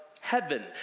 heaven